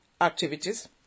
activities